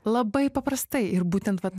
labai paprastai ir būtent vat